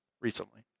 recently